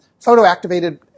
photoactivated